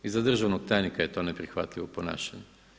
I za državnog tajnika je to neprihvatljivo ponašanje.